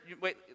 Wait